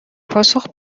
پاسخ